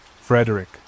Frederick